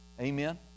Amen